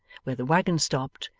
where the waggon stopped,